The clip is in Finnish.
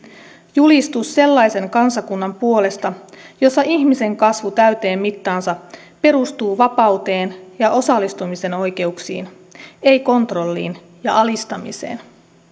julistus sellaisen kansakunnan puolesta jossa ihmisen kasvu täyteen mittaansa perustuu vapauteen ja osallistumisen oikeuksiin ei kontrolliin ja alistamiseen